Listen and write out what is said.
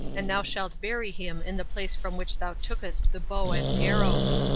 and thou shalt bury him in the place from which thou tookest the bow and arrows.